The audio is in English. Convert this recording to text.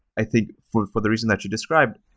i think, for for the reason that you described,